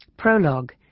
Prologue